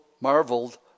marveled